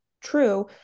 true